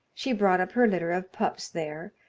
she brought up her litter of pups there,